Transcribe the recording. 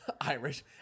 Irish